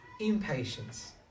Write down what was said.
Impatience